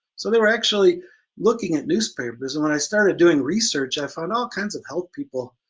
so they were actually looking at newspapers and when i started doing research i found all kinds of health people,